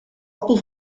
appel